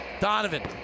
Donovan